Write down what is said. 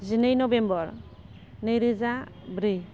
जिनै नबेम्बर नैरोजा ब्रै